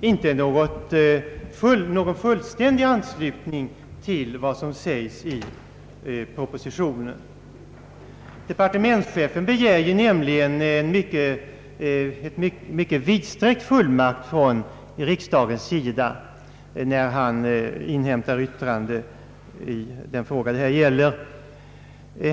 inte någon fullständig anslutning till vad som sägs i propositionen. När departementschefen inhämtar yttrande i den fråga det gäller här begär han en mycket vidsträckt fullmakt av riksdagen.